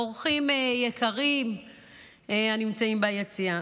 אורחים יקרים הנמצאים ביציע,